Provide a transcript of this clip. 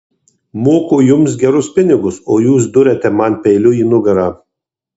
moku jums gerus pinigus o jūs duriate man peiliu į nugarą